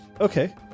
okay